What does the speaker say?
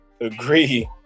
agree